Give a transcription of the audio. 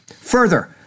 Further